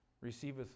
receiveth